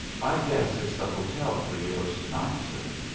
i guess it's the hotel for yours to-night, sir.